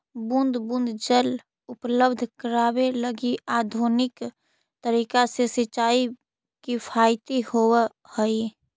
बूंद बूंद जल उपलब्ध करावे लगी आधुनिक तरीका से सिंचाई किफायती होवऽ हइ